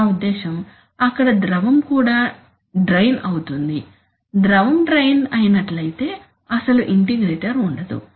నా ఉద్దేశ్యం అక్కడ ద్రవం కూడా డ్రైన్ అవుతుంది ద్రవం డ్రైన్ అయిన్నట్లయితే అసలు ఇంటిగ్రేటర్ ఉండదు